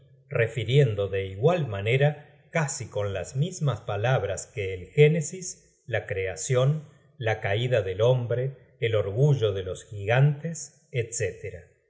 refiriendo de igual manera casi con las mismas palabras que el génesis la creacion la caida del hombre el orgullo de los gigantes